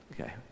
okay